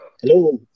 Hello